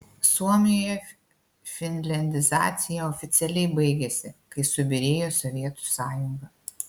suomijoje finliandizacija oficialiai baigėsi kai subyrėjo sovietų sąjunga